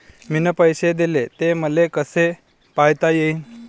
मिन पैसे देले, ते मले कसे पायता येईन?